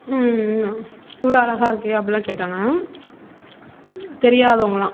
இவ்வளோ அழகா இருக்கே அப்படிலாம் கேட்டாங்க தெரியாதவர்களாம்